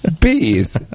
Bees